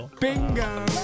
Bingo